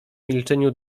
milczeniu